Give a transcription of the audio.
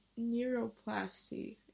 neuroplasty